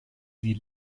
sie